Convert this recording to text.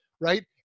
right